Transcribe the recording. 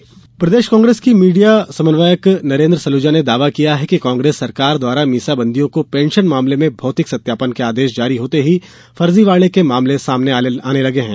नरेंद्र सलूजा प्रदेश कांग्रेस के मीडिया समन्वयक नरेंद्र सलूजा ने दावा किया है कि कांग्रेस सरकार द्वारा मीसाबंदियों की पेंशन मामले में भौतिक सत्यापन के आदेश जारी होते ही फर्जीवाड़े के मामले सामने आने लगे हैं